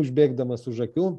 užbėgdamas už akių